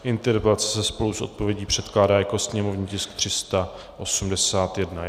Interpelace se spolu s odpovědí předkládá jako sněmovní tisk 381.